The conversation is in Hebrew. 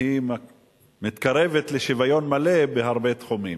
והיא מתקרבת לשוויון מלא בהרבה תחומים,